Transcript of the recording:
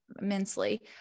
immensely